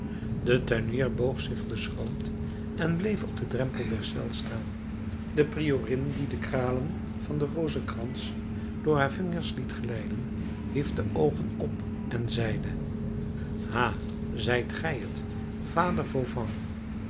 de tuinier boog zich beschroomd en bleef op den drempel der cel staan de priorin die de kralen van den rozenkrans door haar vingers liet glijden hief de oogen op en zeide ha zijt gij t vader